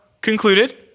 concluded